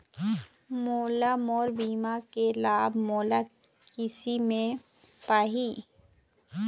मोला मोर बीमा के लाभ मोला किसे मिल पाही?